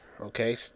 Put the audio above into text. okay